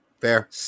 fair